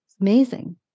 Amazing